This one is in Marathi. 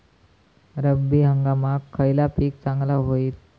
रब्बी हंगामाक खयला पीक चांगला होईत?